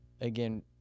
again